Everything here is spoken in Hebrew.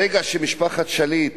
ברגע שמשפחת שליט